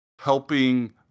helping